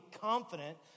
confident